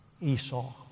Esau